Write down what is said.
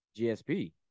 GSP